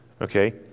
Okay